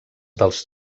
dels